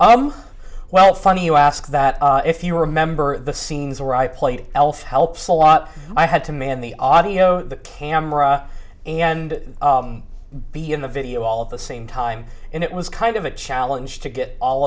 well funny you ask that if you remember the scenes where i played elf helps a lot i had to man the audio the camera and be in the video all the same time and it was kind of a challenge to get all